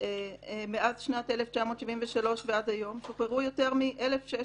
מאז שנת 1973 ועד היום, שוחררו יותר מ-160